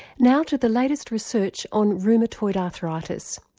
now to the latest research on rheumatoid arthritis.